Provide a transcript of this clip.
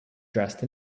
dressed